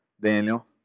Daniel